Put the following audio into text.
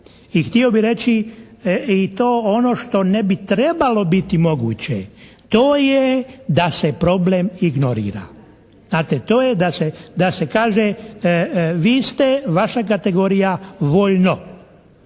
i htio bi reći i to ono što ne bi trebalo biti moguće to je da se problem ignorira. Znate, to je da se kaže vi ste, vaša kategorija voljno.